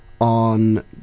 on